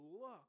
look